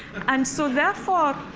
and so therefore,